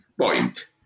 point